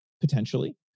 potentially